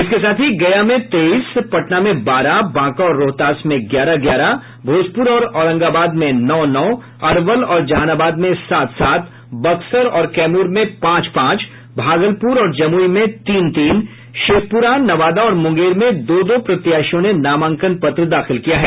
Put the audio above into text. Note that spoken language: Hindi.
इसके साथ ही गया में तेईस पटना में बारह बांका और रोहतास में ग्यारह ग्यारह भोजपुर और औरंगाबाद में नौ नौ अरवल और जहानाबाद में सात सात बक्सर और कैमूर में पांच पांच भागलपुर और जमुई में तीन तीन शेखपुरा नवादा और मुंगेर में दो दो प्रत्याशियों ने नामांकन पत्र दाखिल किया है